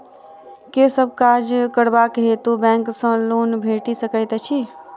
केँ सब काज करबाक हेतु बैंक सँ लोन भेटि सकैत अछि?